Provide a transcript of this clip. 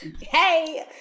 Hey